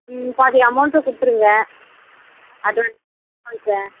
ம் பாதி அமௌண்ட்டும் கொடுத்துருங்க அட்வான்ஸ் சார்